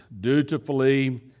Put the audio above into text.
dutifully